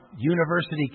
university